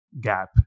gap